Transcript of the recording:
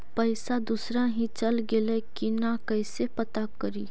पैसा दुसरा ही चल गेलै की न कैसे पता करि?